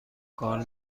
کار